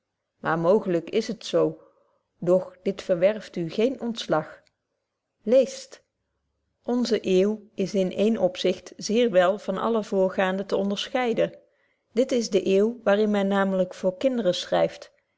maar mooglyk is het zo doch dit verwerft u geen ontslag leest onze eeuw is in één opzicht zeer wel van alle voorgaande te onderscheiden dit is de eeuw waar in men naamentlyk voor kinderen schryft